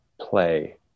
play